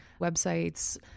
websites